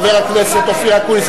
חבר הכנסת אופיר אקוניס,